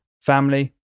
family